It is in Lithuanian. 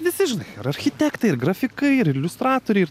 visi žinai ir architektai ir grafikai ir iliustratoriai ir